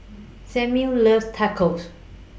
Samir loves Tacos